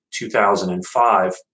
2005